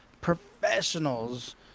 professionals